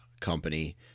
company